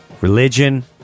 Religion